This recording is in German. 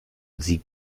sie